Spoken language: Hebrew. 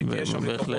בהחלט.